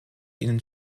ihnen